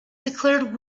declared